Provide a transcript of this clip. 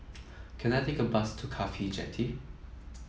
can I take a bus to CAFHI Jetty